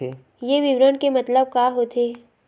ये विवरण के मतलब का होथे?